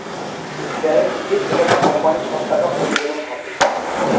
balance sheet যেটাতে কোম্পানির সব টাকা প্রতিবেদন থাকে